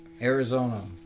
Arizona